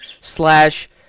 slash